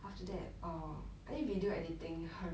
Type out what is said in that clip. after that err but then video editing 很